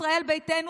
ישראל ביתנו,